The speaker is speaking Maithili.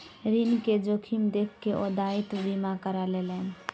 ऋण के जोखिम देख के ओ दायित्व बीमा करा लेलैन